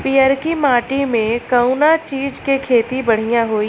पियरकी माटी मे कउना चीज़ के खेती बढ़ियां होई?